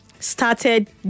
started